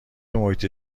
محیط